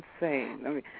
insane